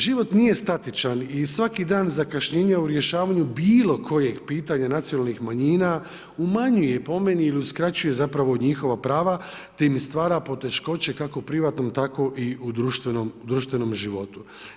Život nije statičan i svaki dan zakašnjenja u rješavanju bilo kojeg pitanja nacionalnih manjina umanjuje, po meni, ili uskraćuje zapravo njihova prava te im stvara poteškoće kako u privatnom, tako i u društvenom životu.